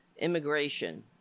immigration